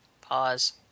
pause